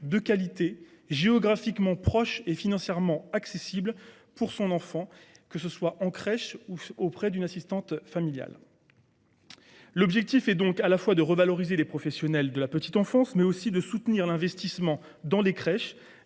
de qualité, géographiquement proche et financièrement accessible pour son enfant, en crèche ou auprès d’une assistante maternelle. L’objectif est donc à la fois de revaloriser les professionnels de la petite enfance et de soutenir l’investissement dans les crèches,